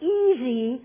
easy